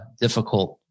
difficult